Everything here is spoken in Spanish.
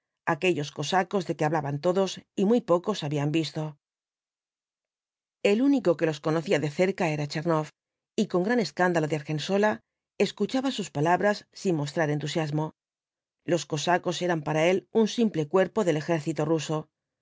aquellos cosacos de que hablaban todos y muy pocos habían visto el único que los conocía de cerca era tchernof f y con gran escándalo de argensola escuchaba sus palabras sin mostrar entusiasmo los cosacos eran para él un simple cuerpo del ejército ruso